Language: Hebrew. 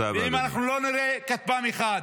אנחנו לא נראה כטב"ם אחד,